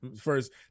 first